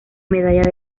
medalla